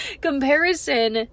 Comparison